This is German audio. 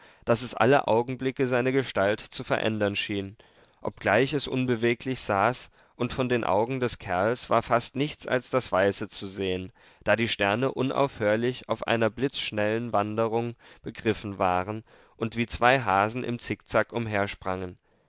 daß es alle augenblicke seine gestalt zu verändern schien obgleich es unbeweglich saß und von den augen des kerls war fast nichts als das weiße zu sehen da die sterne unaufhörlich auf einer blitzschnellen wanderung begriffen waren und wie zwei hasen im zickzack